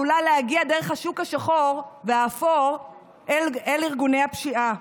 עלול להגיע דרך השוק השחור והאפור אל ארגוני הפשיעה.